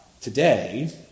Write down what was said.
today